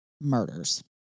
murders